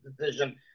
decision